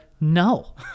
no